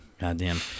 Goddamn